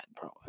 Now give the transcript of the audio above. bro